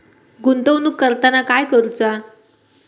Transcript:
गुंतवणूक करताना काय करुचा?